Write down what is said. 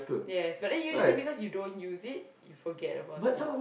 yes but then usually because you don't use it you forget about it